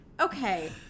Okay